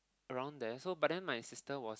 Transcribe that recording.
around there so but then my sister was